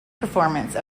performance